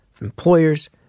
employers